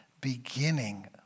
beginning